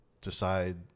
decide